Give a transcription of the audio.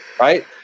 Right